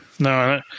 No